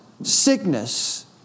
sickness